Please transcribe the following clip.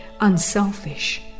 unselfish